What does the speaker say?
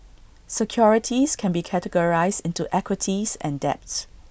securities can be categorized into equities and debts